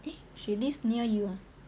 eh she lives near you hor